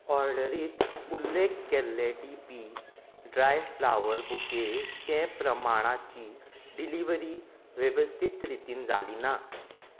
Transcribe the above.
ऑर्डरींत उल्लेख केल्ले डी पी ड्राय फ्लावर बुकेचे प्रमाणाची डिलिव्हरी वेवस्थीत रितीन जाली ना